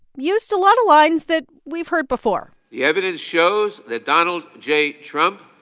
used a lot of lines that we've heard before the evidence shows that donald j. trump,